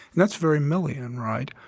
and that's very million, right?